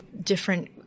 different